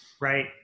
Right